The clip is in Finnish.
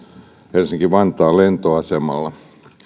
helsinki vantaan lentoasemalla